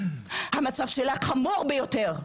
המצב שלה חמור ביותר.